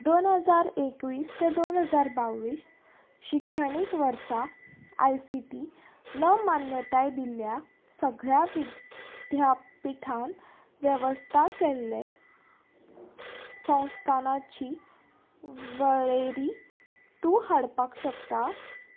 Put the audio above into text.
दोन हजार एकवीस ते दोन हजार बावीस शिक्षणीक वर्सा आय सी टी नवमान्यताय दिल्ल्या सगळ्या विद्यापिठान वेवस्था केल्ले संस्थांची वळेरी तूं हाडपाक शकता